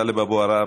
טלב אבו עראר,